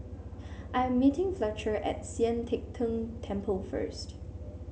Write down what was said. I am meeting Fletcher at Sian Teck Tng Temple first